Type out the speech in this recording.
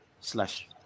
slash